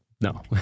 no